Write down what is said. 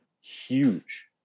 huge